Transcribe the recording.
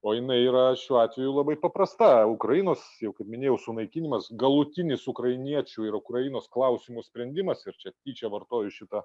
o jinai yra šiuo atveju labai paprasta ukrainos jau kaip minėjau sunaikinimas galutinis ukrainiečių ir ukrainos klausimų sprendimas ir čia tyčia vartoju šitą